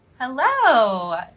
Hello